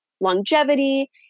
longevity